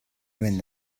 wenn